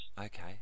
Okay